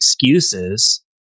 excuses